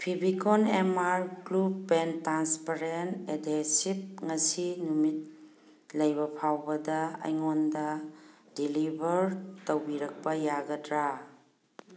ꯐꯤꯕꯤꯀꯣꯟ M R glue pen transparent adhesive ꯉꯁꯤ ꯅꯨꯃꯤꯠ ꯂꯩꯕ ꯐꯥꯎꯕꯗ ꯑꯩꯉꯣꯟꯗ ꯗꯦꯂꯤꯕꯔ ꯇꯧꯕꯤꯔꯛꯄ ꯌꯥꯒꯗ꯭ꯔꯥ